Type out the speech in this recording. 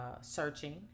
searching